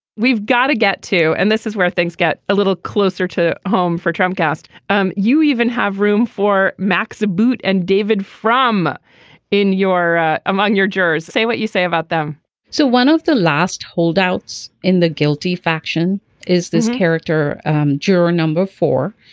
we've got to get to and this is where things get a little closer to home for trump cast um you even have room for max boot and david frum in your among your jurors say what you say about them so one of the last holdouts in the guilty faction is this character juror number four.